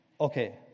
Okay